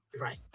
Right